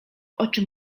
oczy